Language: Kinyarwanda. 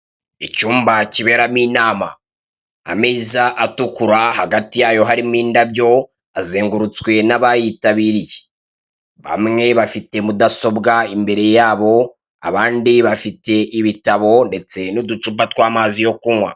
Icyumba kiberamo inama. Ameza atukura hagati yayo harimo indabyo, azengurutswe n'abayitabiriye. Bamwe bafite mudasobwa imbere yabo, abandi bafite ibitabo ndetse n'uducupa turimo amazi yo kunywa.